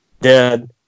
dead